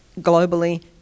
globally